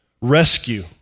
rescue